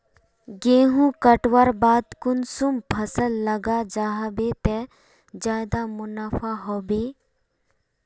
गेंहू कटवार बाद कुंसम फसल लगा जाहा बे ते ज्यादा मुनाफा होबे बे?